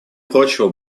прочего